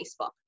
Facebook